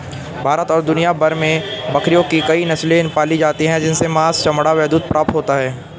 भारत और दुनिया भर में बकरियों की कई नस्ले पाली जाती हैं जिनसे मांस, चमड़ा व दूध प्राप्त होता है